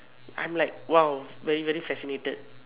I'm like !wow! very very fascinated